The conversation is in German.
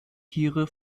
tiere